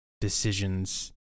decisions